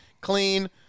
clean